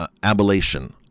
ablation